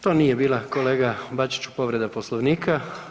To nije bila kolega Bačiću povreda Poslovnika.